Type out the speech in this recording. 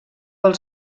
als